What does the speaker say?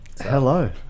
Hello